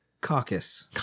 caucus